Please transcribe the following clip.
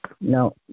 No